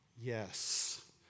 Yes